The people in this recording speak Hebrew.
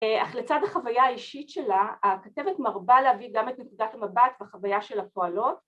‫אך לצד החוויה האישית שלה, ‫הכתבת מרבה להביא גם ‫את נקודת המבט בחוויה של הפועלות.